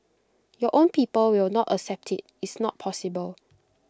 your own people will not accept IT it's not possible